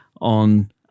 on